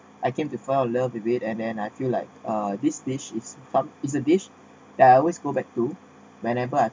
I came to fell in love with it and then I feel like uh this dish is for is a dish that I always go back to whenever I